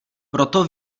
proto